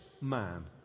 man